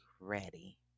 ready